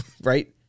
right